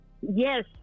Yes